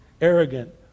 arrogant